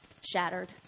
shattered